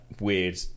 weird